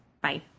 Bye